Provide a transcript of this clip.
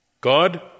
God